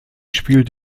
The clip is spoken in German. spielt